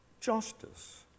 justice